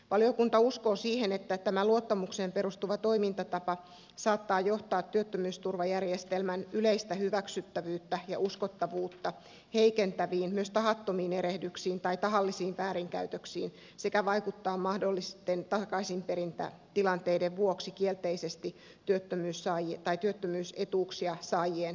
valiokunta uskoo siihen että tämä luottamukseen perustuva toimintatapa saattaa johtaa työttömyysturvajärjestelmän yleistä hyväksyttävyyttä ja uskottavuutta heikentäviin myös tahattomiin erehdyksiin tai tahallisiin väärinkäytöksiin sekä vaikuttaa mahdollisten takaisinperintätilanteiden vuoksi kielteisesti työttömyysetuuksien saajien asemaan